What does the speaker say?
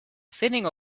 sitting